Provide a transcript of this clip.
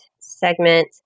segment